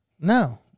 No